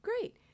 great